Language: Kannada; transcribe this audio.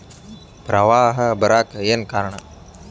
ಪ್ರವಾಹ ಬರಾಕ್ ಏನ್ ಕಾರಣ?